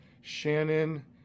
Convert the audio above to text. shannon